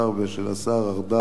ושל השר ארדן,